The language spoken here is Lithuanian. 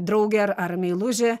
drauge ar ar meiluže